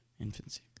infancy